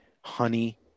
honey